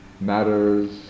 matters